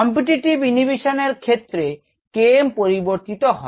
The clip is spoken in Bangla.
কম্পেটিটিভ ইনহিবিশন এর ক্ষেত্রে K m পরিবর্তিত হয়